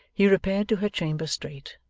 he repaired to her chamber, straight.